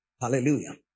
Hallelujah